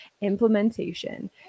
implementation